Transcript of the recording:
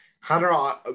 Hannah